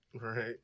Right